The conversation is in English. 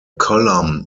column